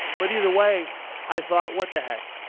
but either way i thought, what the heck.